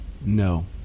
no